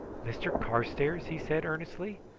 mr carstairs? he said earnestly.